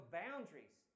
boundaries